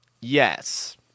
Yes